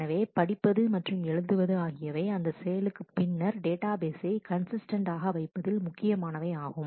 எனவே படிப்பது மற்றும் எழுதுவது ஆகியவை அந்த செயலுக்கு பின்னர் டேட்டாபேசை கன்சிஸ்டன்ட் ஆக வைப்பதில் முக்கியமானவை ஆகும்